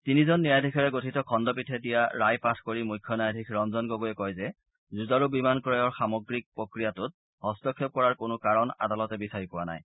তিনিজন ন্যায়াধীশেৰে গঠিত খণ্ডপীঠে দিয়া ৰায় পাঠ কৰি মুখ্যন্যায়াধীশ ৰঞ্জন গগৈয়ে কয় যে যুঁজাৰু বিমান ক্ৰয়ৰ সামগ্ৰীক প্ৰক্ৰিয়াটোত হস্তক্ষেপ কৰাৰ কোনো কাৰণ আদালতে বিচাৰি পোৱা নাই